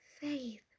Faith